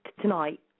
tonight